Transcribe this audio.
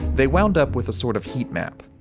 they wound up with a sort of heat map.